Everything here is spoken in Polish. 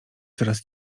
coraz